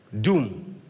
doom